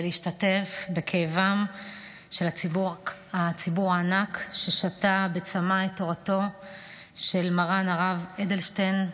ולהשתתף בכאבו של הציבור הענק ששתה בצמא את תורתו של מר"ן הרב אדלשטיין,